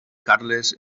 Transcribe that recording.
carles